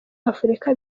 afurika